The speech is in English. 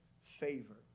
favor